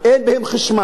אין בהם כלום,